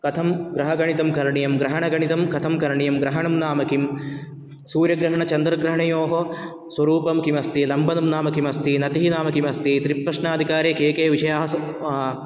कथं ग्रहगणितं करणीयं ग्रहणगणितं कथं करणीयं ग्रहणं नाम किं सूर्यग्रहणचन्द्रग्रहणयोः स्वरूपं किमस्ति लम्बनं नाम किमस्ति नतिः नाम किमस्ति त्रिप्रश्नाधिकारे के के विषयाः